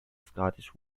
scottish